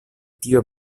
tio